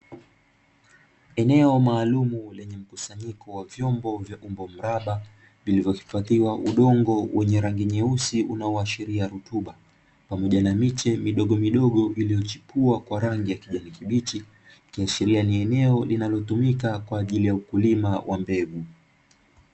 Eneo maalumu lenye mkusanyiko wa vyombo vya umbo mraba, vilivyohifadhiwa udongo wenye rangi nyeusi unaoashiria rutuba, pamoja na miche midogo midogo iliyochipua kwa rangi ya kijani kibichi. Ukiashiria ni eneo linalotumika kwa ajili ya ukulima wa mbegu.